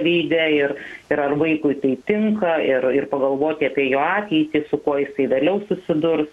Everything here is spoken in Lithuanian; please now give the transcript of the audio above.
veide ir ir ar vaikui tai tinka ir ir pagalvoti apie jo ateitį su kuo jisai vėliau susidurs